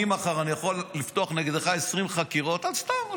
מחר אני יכול לפתוח נגדך 20 חקירות על סתם,